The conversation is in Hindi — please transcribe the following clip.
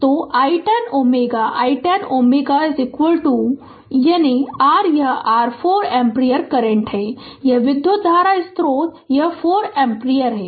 तो i 10 Ω i 10 Ω यानी r यह r 4 एम्पीयर करंट है यह विधत धारा स्रोत है यह 4 एम्पीयर है